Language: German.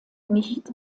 nicht